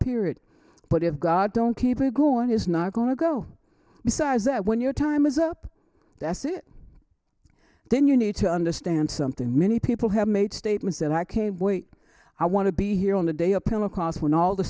period but of god don't keep it going is not going to go besides that when your time is up thats it then you need to understand something many people have made statements that i can't wait i want to be here on the day of pentecost when all the